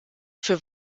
für